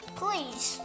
please